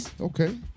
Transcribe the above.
Okay